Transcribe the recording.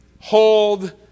Hold